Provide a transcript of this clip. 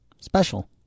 Special